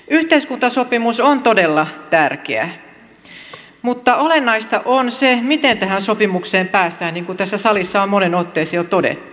yhteiskuntasopimus on todella tärkeä mutta olennaista on se miten tähän sopimukseen päästään niin kuin tässä salissa on moneen otteeseen jo todettu